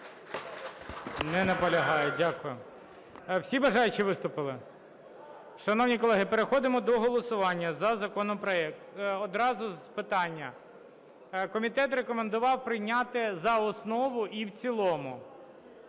Не наполягає. Дякую. Всі бажаючі виступили? Шановні колеги, переходимо до голосування за законопроект. Одразу з питання. Комітет рекомендував прийняти за основу і в цілому.